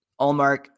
Allmark